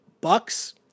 Bucks